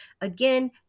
Again